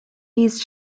these